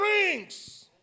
drinks